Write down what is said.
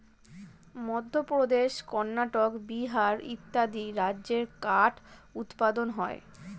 মধ্যপ্রদেশ, কর্ণাটক, বিহার ইত্যাদি রাজ্যে কাঠ উৎপাদন হয়